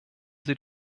sie